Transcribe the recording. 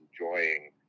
enjoying